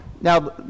now